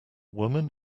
woman